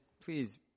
please